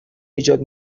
ایجاد